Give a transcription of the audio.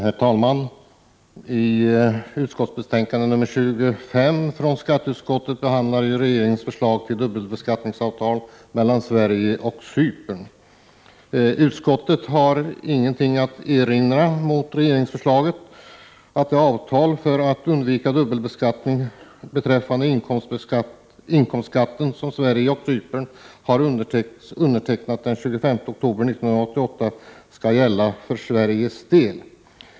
Herr talman! I skatteutskottets betänkande nr 25 behandlas regeringens förslag till dubbelbeskattningsavtal mellan Sverige och Cypern. Utskottet har ingenting att erinra mot regeringsförslaget, att det avtal för att undvika dubbelbeskattning beträffande inkomstskatten som Sverige och Cypern har undertecknat den 25 oktober 1988 skall gälla för Sveriges del.